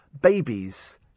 Babies